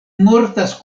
mortas